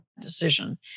decision